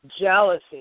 jealousy